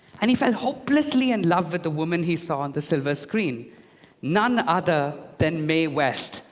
and he fell hopelessly in love with the woman he saw on the silver screen none other than mae west,